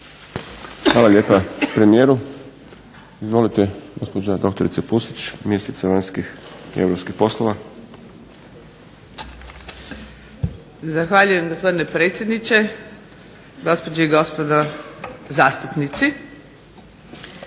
Hvala lijepa premijeru. Izvolite gospođo dr. Pusić, ministrica vanjskih i europskih poslova. **Pusić, Vesna (HNS)** Zahvaljujem gospodine predsjedniče, gospođe i gospodo zastupnici.